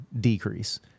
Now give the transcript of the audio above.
decrease